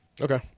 Okay